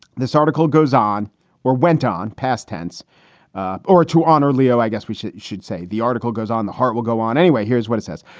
this article goes on or went on past tense or to honor leo, i guess we should should say. the article goes on. the heart will go on anyway. here's what it says.